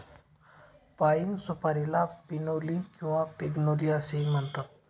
पाइन सुपारीला पिनोली किंवा पिग्नोली असेही म्हणतात